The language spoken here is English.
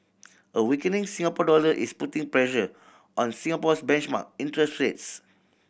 a weakening Singapore dollar is putting pressure on Singapore's benchmark interest rates